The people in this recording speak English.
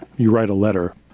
you write a letter,